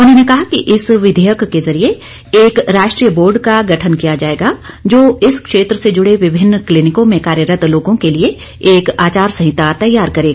उन्होंने कहा कि इस विधेयक के जरिए एक राष्ट्रीय बोर्ड का गठन किया जायेगा जो इस क्षेत्र से जूड़े विभिन्न क्लिनिकों में कार्यरत लोगों के लिए एक आचार संहिता तैयार करेगा